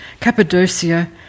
Cappadocia